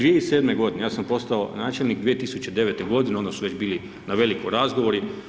2007. godine, ja sam postao načelnik 2009. godine onda su već bili na veliko razgovori.